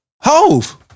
Hove